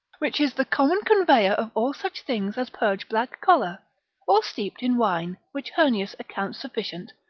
which is the common conveyor of all such things as purge black choler or steeped in wine, which heurnius accounts sufficient,